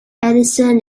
anderson